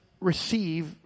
receive